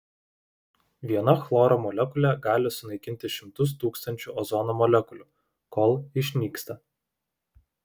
viena chloro molekulė gali sunaikinti šimtus tūkstančių ozono molekulių kol išnyksta